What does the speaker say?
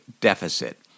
deficit